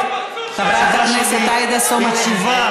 חברת הכנסת עאידה תומא סלימאן.